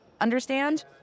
understand